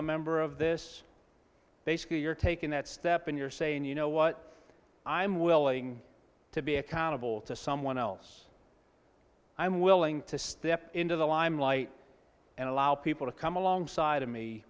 a member of this basically you're taking that step and you're saying you know what i'm willing to be accountable to someone else i'm willing to step into the limelight and allow people to come alongside of me